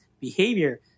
behavior